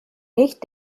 nicht